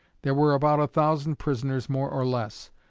there were about a thousand prisoners, more or less.